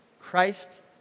Christ